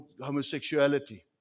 homosexuality